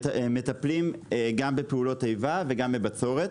מטפלים גם בפעולות איבה וגם בבצורת.